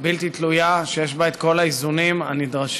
בלתי תלויה, שיש בה את כל האיזונים הנדרשים.